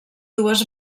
dues